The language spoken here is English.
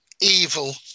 evil